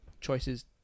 choices